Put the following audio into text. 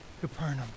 Capernaum